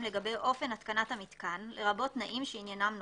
לגבי אופן התקנת המתקן לרבות תנאים שעניינם נוחות,